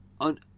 on